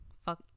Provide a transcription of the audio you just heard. Fuck